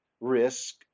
risk